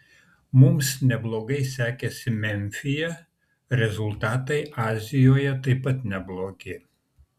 mums neblogai sekėsi memfyje rezultatai azijoje taip pat neblogi